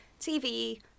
TV